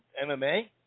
MMA